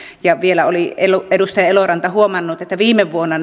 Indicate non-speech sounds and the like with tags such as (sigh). ja vielä oli edustaja eloranta huomannut että viime vuonna (unintelligible)